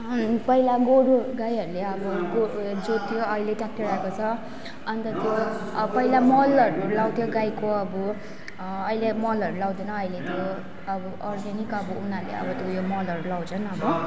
अफिला गोरु गाईहरूले अब गोरू जोत्थ्यो अहिले ट्रयाक्टर आएको छ अन्त त्यो पहिला मलहरू लाउँथ्यो गाईको अब अहिले मलहरू लाउँदैन अहिले त्यो अब अर्ग्यानिक अब उनीहरूले अब त्यो मलहरू लाउँछन् अब